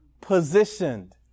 positioned